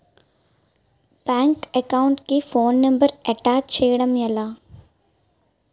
Bank account కి phone number attach చేయడం ఎలా?